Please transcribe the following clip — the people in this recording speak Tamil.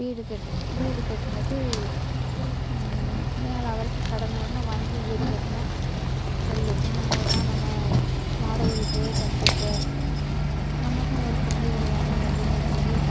வீடு கட்டு வீடு கட்டினது மேலே வரைக்கும் கடனை ஒடனை வாங்கி வீடு கட்டினோம் சரி எத்தனை தடவை தான் நம்ம வாடகை வீட்லேயே தங்கி இருக்க நமக்கும் ஒரு சொந்த வீடு வேணுமே அப்படினு நினைச்சுக்கிட்டு